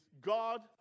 God